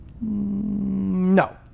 No